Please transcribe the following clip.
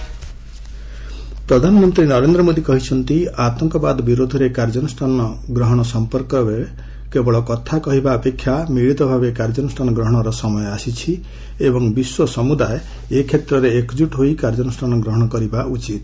PM South Korea ପ୍ରଧାନମନ୍ତ୍ରୀ ନରେନ୍ଦ୍ର ମୋଦି କହିଛନ୍ତି ଆତଙ୍କବାଦ ବିରୋଧରେ କାର୍ଯ୍ୟାନୁଷ୍ଠାନ ସମ୍ପର୍କରେ କେବଳ କଥାକହିବା ଅପେକ୍ଷା ମିଳିତ କାର୍ଯ୍ୟାନୁଷ୍ଠାନ ଗ୍ରହଣର ସମୟ ଆସିଛି ଏବଂ ବିଶ୍ୱ ସମୁଦାୟ ଏ କ୍ଷେତ୍ରରେ ଏକଚ୍ଚୁଟ ହୋଇ କାର୍ଯ୍ୟାନୁଷ୍ଠାନ ଗ୍ରହଣ କରିବା ଉଚିତ୍